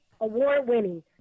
award-winning